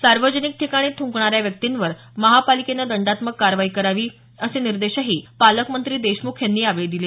सार्वजनिक ठिकाणी थुंकणाऱ्या व्यक्तींवर महापालिकेनं दंडात्मक कारवाई करावी असे निर्देशही पालकमंत्री देशमुख यांनी यावेळी दिले